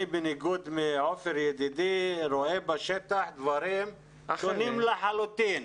אני בניגוד לעופר ידידי רואה בשטח דברים אחרים לחלוטין.